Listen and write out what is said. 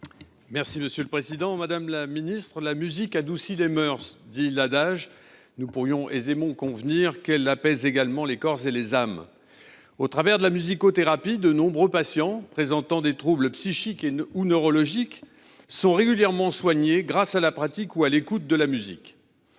de la santé et de l’accès aux soins. La musique adoucit les mœurs, dit on, mais on pourrait aisément convenir qu’elle apaise également les corps et les âmes. Au travers de la musicothérapie, de nombreux patients présentant des troubles psychiques ou neurologiques sont régulièrement soignés, grâce à la pratique ou à l’écoute de la musique.